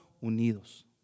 unidos